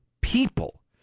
people